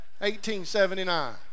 1879